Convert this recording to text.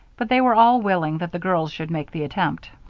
but they were all willing that the girls should make the attempt.